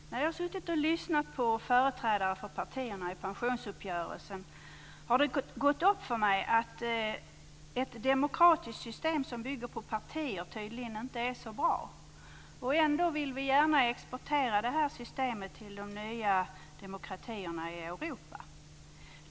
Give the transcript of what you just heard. Fru talman! När jag har suttit och lyssnat på företrädare för partierna i pensionsuppgörelsen har det gått upp för mig att ett demokratiskt system som bygger på partier tydligen inte är så bra. Ändå vill vi gärna exportera det systemet till de nya demokratierna i Europa.